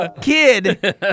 kid